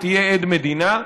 יהיה עד מדינה.